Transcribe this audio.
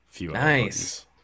Nice